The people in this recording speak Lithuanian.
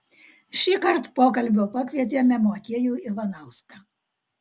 šįkart pokalbio pakvietėme motiejų ivanauską